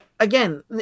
Again